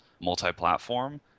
multi-platform